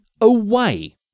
away